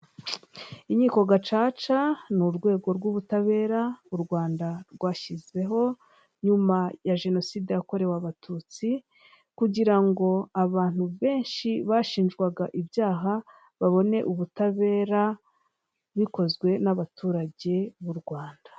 Inkiko gacaca ni urwego rw'ubutabera u Rwanda rwashyizeho nyuma ya jenoside yakorewe abatutsi, kugira ngo abantu benshi bashinjwaga ibyaha babone ubutabera bikozwe n'abaturage b'u Rwanda.